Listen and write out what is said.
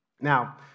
Now